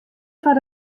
foar